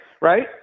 Right